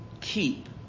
keep